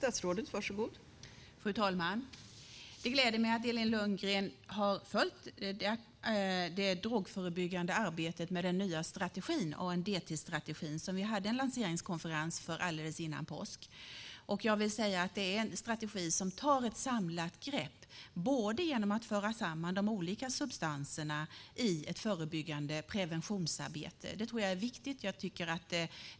Fru talman! Det gläder mig att Elin Lundgren har följt det drogförebyggande arbetet med den nya ANDT-strategin, som vi hade en lanseringskonferens för alldeles före påsk. Det är en strategi som tar ett samlat grepp genom att föra samman de olika substanserna i ett förebyggande preventionsarbete. Det tror jag är viktigt.